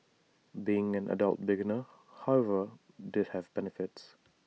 being an adult beginner however did have benefits